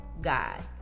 God